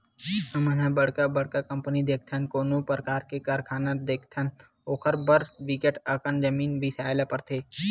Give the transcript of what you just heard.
हमन ह बड़का बड़का कंपनी देखथन, कोनो परकार के कारखाना देखथन ओखर बर बिकट अकन जमीन बिसाए ल परथे